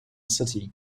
city